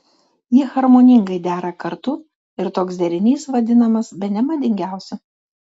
jie harmoningai dera kartu ir toks derinys vadinamas bene madingiausiu